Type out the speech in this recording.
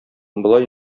болай